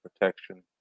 protection